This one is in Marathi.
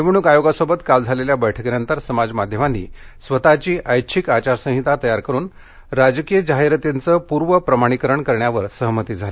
निवडणुक आयोगासोबत काल झालेल्या बैठकीनंतर सामाज माध्यमांनी स्वतःची ऐच्छिक आचार संहिता तयार करून राजकीय जाहिरातीचं पूर्व प्रमाणीकरण करण्यावर सहमती झाली